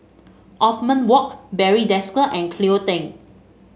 Othman Wok Barry Desker and Cleo Thang